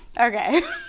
Okay